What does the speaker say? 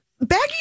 baggy